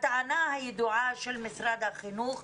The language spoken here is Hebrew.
הטענה הידועה של משרד החינוך,